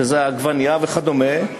שזה העגבנייה וכדומה,